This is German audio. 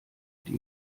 die